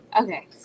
okay